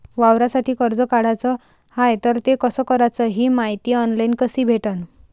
वावरासाठी कर्ज काढाचं हाय तर ते कस कराच ही मायती ऑनलाईन कसी भेटन?